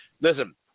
Listen